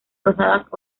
rosadas